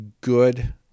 good